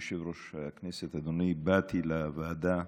אדוני יושב-ראש הכנסת, אני באתי לוועדה,